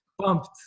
pumped